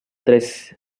tres